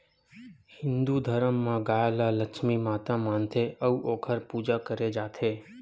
हिंदू धरम म गाय ल लक्छमी माता मानथे अउ ओखर पूजा करे जाथे